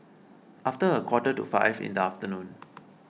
after a quarter to five in the afternoon